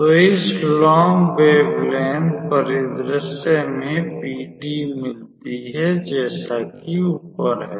तो इस long wavelength परिदृश्य में पीडीई मिलती है जैसा कि ऊपर है